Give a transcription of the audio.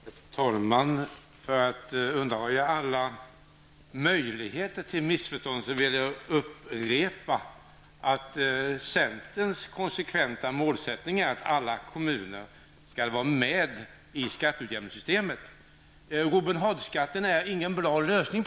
Herr talman! För att undanröja alla möjligheter till missförstånd vill jag upprepa att centerns konsekventa målsättning är att alla kommuner skall vara med i skatteutjämningssystemet. Robin Hoodskatten är inte någon bra lösning.